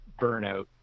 burnout